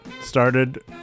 started